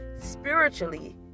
Spiritually